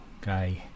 guy